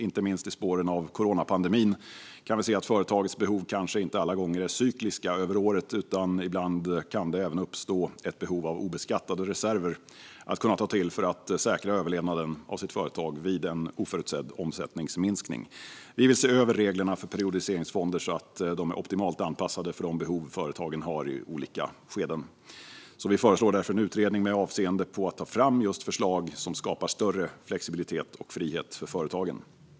Inte minst i spåren av coronapandemin kan vi se att företagens behov kanske inte alla gånger är cykliska över året utan att det ibland även kan uppstå ett behov av obeskattade reserver att ta till för att säkra överlevnaden av företaget vid en oförutsedd omsättningsminskning. Vi vill se över reglerna för periodiseringsfonder så att de är optimalt anpassade för de behov företagen har i olika skeden. Vi föreslår därför en utredning med syfte att ta fram förslag som skapar större flexibilitet och frihet för företagen.